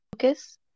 Focus